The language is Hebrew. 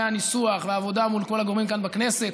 מהניסוח והעבודה מול כל הגורמים כאן בכנסת,